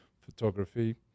photography